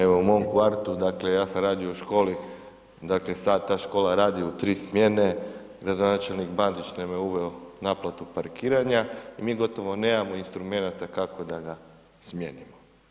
Evo, u mom kvartu, dakle, ja sam radio u školi, sad ta škola radi u 3 smjene, gradonačelnik nam je uveo naplatu parkiranja i mi gotovo nemamo instrumenata kako da ga smijenimo.